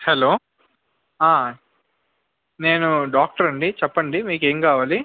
hello నేను doctor అండి చెప్పండి మీకు ఏం కావాలి